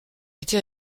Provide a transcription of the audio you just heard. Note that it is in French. été